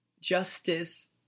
justice